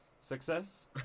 success